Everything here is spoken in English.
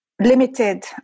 limited